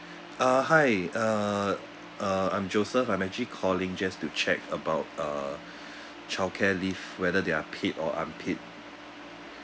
ah hi uh uh I'm joseph I'm actually calling just to check about uh childcare leave whether they are paid or unpaid